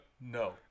No